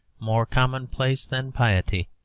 more commonplace than piety.